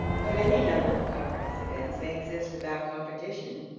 but any number of comprehensive ends may exist without competition,